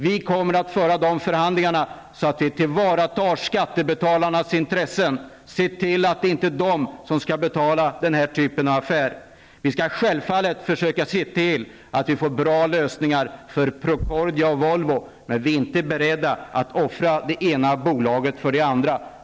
Vi kommer att föra förhandlingarna så, att vi tillvaratar skattebetalarnas intressen, se till att det inte blir de som skall betala den här typen av affär. Vi skall givetvis också försöka se till att vi får bra lösningar för Procordia och Volvo, men vi är inte beredda att offra det ena bolaget för det andra.